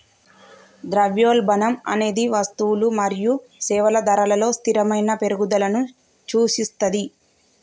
ద్రవ్యోల్బణం అనేది వస్తువులు మరియు సేవల ధరలలో స్థిరమైన పెరుగుదలను సూచిస్తది